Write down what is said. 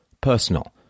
personal